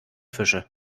fische